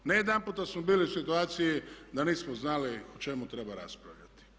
Ne jedanputa smo bili u situaciji da nismo znali o čemu treba raspravljati.